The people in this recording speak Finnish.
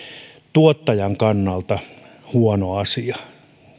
tuottajan kannalta semmoinen huono asia